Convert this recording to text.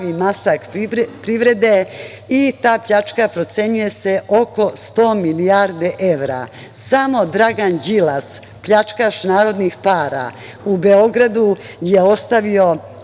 masakr privrede i ta pljačka procenjuje se oko 100 milijardi evra. Samo Dragan Đilas, pljačkaš narodnih para, u Beogradu je ostavio